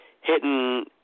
hitting